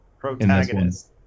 protagonist